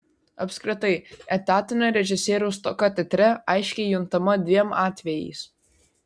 apskritai etatinio režisieriaus stoka teatre aiškiai juntama dviem atvejais